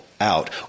out